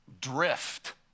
drift